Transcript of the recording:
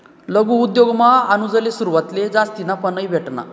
लघु उद्योगमा अनुजले सुरवातले जास्ती नफा नयी भेटना